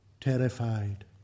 terrified